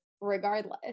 regardless